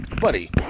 Buddy